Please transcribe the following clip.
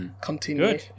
Continue